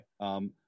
Okay